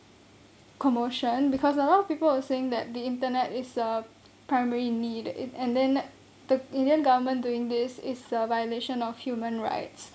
commotion because a lot of people are saying that the internet is a primary need it and then the indian government doing this is a violation of human rights